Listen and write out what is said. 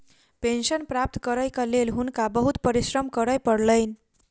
pension प्राप्त करैक लेल हुनका बहुत परिश्रम करय पड़लैन